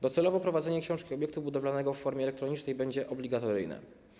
Docelowo prowadzenie książki obiektu budowlanego w formie elektronicznej będzie obligatoryjne.